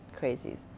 crazies